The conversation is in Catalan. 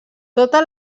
totes